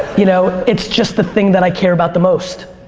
you know it's just the thing that i care about the most.